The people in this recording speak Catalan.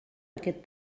aquest